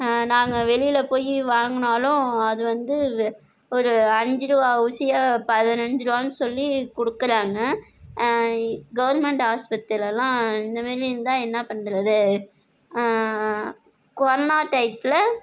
நாங்க வெளியில் போய் வாங்கினாலும் அது வந்து ஒரு அஞ்சு ரூபா ஊசியை பதினஞ்சுருவானு சொல்லி கொடுக்குறாங்க கவர்மெண்ட் ஆஸ்பத்திரிலெலாம் இந்த மாரி இருந்தால் என்ன பண்ணுறது கொரோனா டைத்துல